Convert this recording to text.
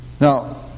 Now